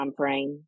timeframe